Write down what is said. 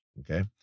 okay